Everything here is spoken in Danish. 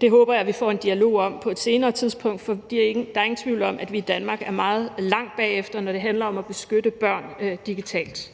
Det håber jeg at vi får en dialog om på et senere tidspunkt, for der er ingen tvivl om, at vi i Danmark er meget langt bagefter, når det handler om at beskytte børn digitalt.